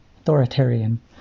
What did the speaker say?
authoritarian